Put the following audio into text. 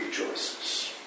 rejoices